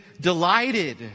delighted